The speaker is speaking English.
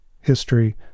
history